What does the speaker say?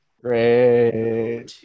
great